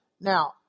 Now